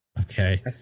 Okay